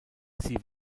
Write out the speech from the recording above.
sie